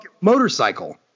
motorcycle